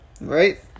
Right